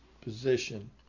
position